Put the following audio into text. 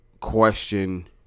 question